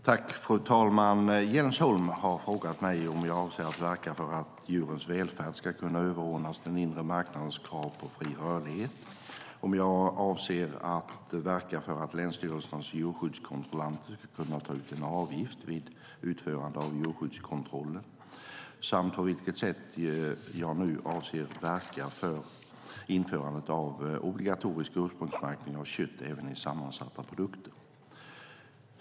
Fru talman! Jens Holm har frågat mig om jag avser att verka för att djurens välfärd ska kunna överordnas den inre marknadens krav på fri rörlighet, om jag avser att verka för att länsstyrelsernas djurskyddskontrollanter ska kunna ta ut en avgift vid utförande av djurskyddskontrollen samt på vilket sätt jag nu avser att verka för införande av obligatorisk ursprungsmärkning av kött även i sammansatta produkter.